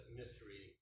mystery